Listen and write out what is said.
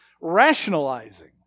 rationalizing